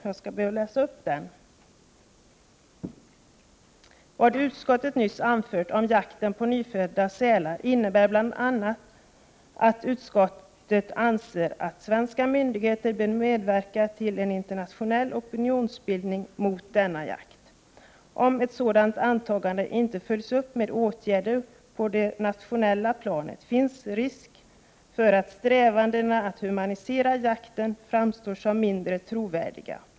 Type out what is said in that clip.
Jag skall be att få citera ur den reservationen: ”Vad utskottet nyss anfört om jakten på nyfödda sälar innebär bl.a. att utskottet anser att svenska myndigheter bör medverka till en internationell opinionsbildning mot denna jakt. Om ett sådant agerande inte följs upp med åtgärder på det nationella planet finns det risk för att strävandena att humanisera jakten framstår som mindre trovärdiga.